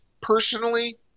Personally